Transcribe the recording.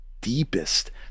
deepest